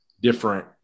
different